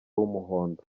w’umuhondo